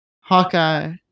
Hawkeye